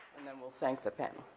and then we'll thank the panel.